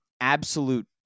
Absolute